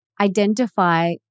identify